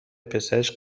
پسرش